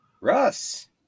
Russ